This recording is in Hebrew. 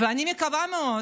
ואני מקווה מאוד